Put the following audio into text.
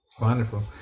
Wonderful